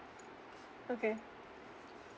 okay